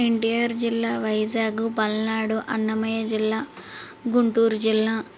ఎన్టీఆర్ జిల్లా వైజాగ్ పల్నాడు అన్నమయ్య జిల్లా గుంటూరు జిల్లా